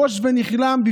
בוש ונכלם,